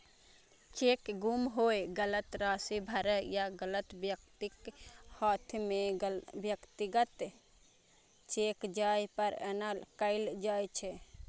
cheque गुम होय, गलत राशि भरै या गलत व्यक्तिक हाथे मे व्यक्तिगत चेक जाय पर एना कैल जाइ छै